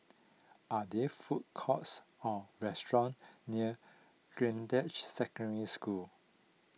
are there food courts or restaurants near Greendale Secondary School